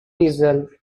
diesel